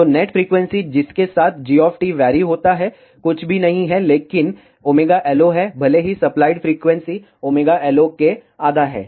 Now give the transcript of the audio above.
तो net frequency जिस के साथ g वेरी होता है कुछ भी नहीं है लेकिन ωLOहै भले ही सप्लाइड फ्रीक्वेंसी ωLO के आधा है